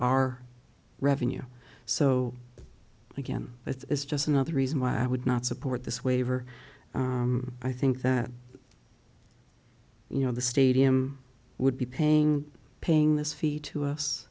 our revenue so again it's just another reason why i would not support this waiver i think that you know the stadium would be paying paying this fee to us